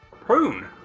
Prune